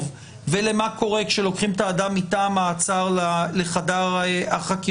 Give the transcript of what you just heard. ומה קורה כאשר לוקחים את האדם מתא המעצר לחדר החקירות.